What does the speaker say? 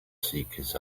seekers